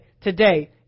today